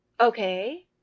Okay